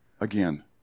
again